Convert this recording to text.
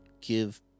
give